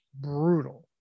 Brutal